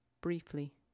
briefly